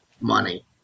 money